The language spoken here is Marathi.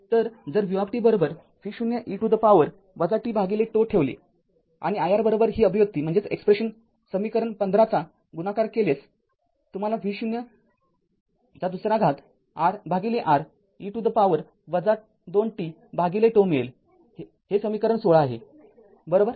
तरजर v v0 e to the power tζ ठेवले आणि iR ही अभिव्यक्ती समीकरण १५ चा गुणाकार केल्यास तुम्हाला v02R e to the power २ tζ मिळेल हे समीकरण १६ आहेबरोबर